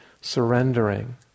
surrendering